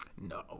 No